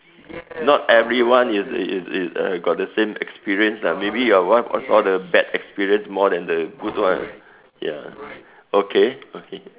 not everyone is is is uh got the same experience lah maybe your wife got all the bad experience more than the good one ya okay okay